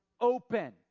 open